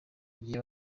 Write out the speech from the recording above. igihe